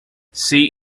sea